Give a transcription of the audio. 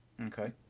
Okay